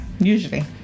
usually